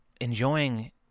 enjoying